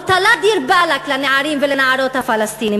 הוא תלה "דיר באלכ" לנערים ולנערות הפלסטינים,